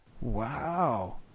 Wow